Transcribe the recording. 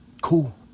cool